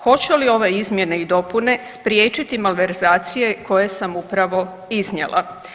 Hoće li ove izmjene i dopune spriječiti malverzacije koje sam upravo iznijela?